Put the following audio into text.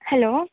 hello